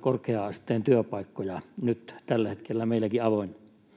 korkea-asteen työpaikkoja, joita nyt tällä hetkellä meilläkin on